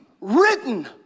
written